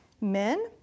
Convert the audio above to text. Men